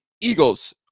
Eagles